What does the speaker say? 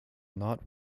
not